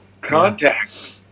contact